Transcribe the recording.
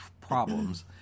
problems